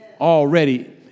already